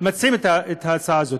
מציעים את ההצעה הזאת?